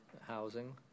housing